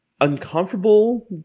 uncomfortable